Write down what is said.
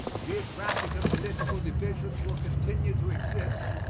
geographic and political divisions will continue to exist,